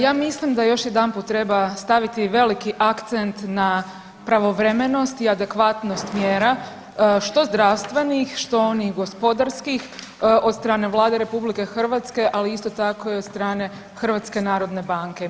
Ja mislim da još jedanput treba staviti veliki akcent na pravovremenost i adekvatnost mjera što zdravstvenih, što onih gospodarskih od strane Vlade RH, ali isto tako i od strane Hrvatske narodne banke.